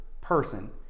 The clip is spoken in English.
person